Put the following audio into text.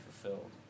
fulfilled